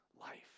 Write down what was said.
life